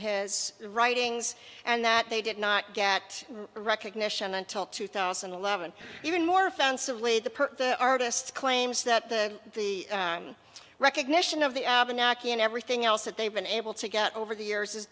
his writings and that they did not get recognition until two thousand and eleven even more offensively the artists claims that the the recognition of the abenaki and everything else that they've been able to get over the years is